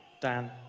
Dan